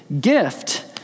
gift